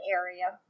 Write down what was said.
area